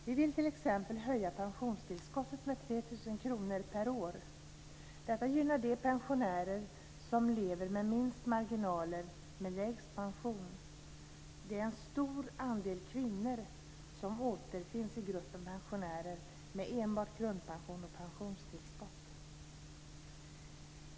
Vi vill t.ex. höja pensionstillskottet med 3 000 kr per år. Detta gynnar de pensionärer som lever med minsta marginaler, med lägst pension. Det är en stor andel kvinnor som återfinns i gruppen pensionärer med enbart grundpension och pensionstillskott.